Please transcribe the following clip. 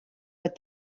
what